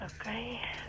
Okay